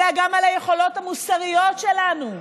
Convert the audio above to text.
אלא גם על היכולות המוסריות שלנו,